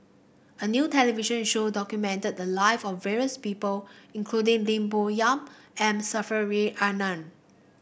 a new television show documented the life of various people including Lim Bo Yam M Saffri A Manaf